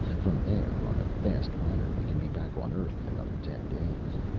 from there, on a fast liner, we can be back on earth in another ten days.